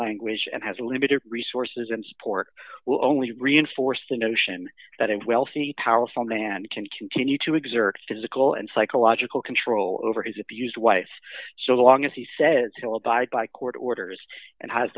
language and has unlimited resources and support will only reinforce the notion that and wealthy powerful man can continue to exert physical and psychological control over his abused wife so long as he says he'll abide by court orders and has